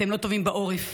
אתם לא טובים בעורף.